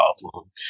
problem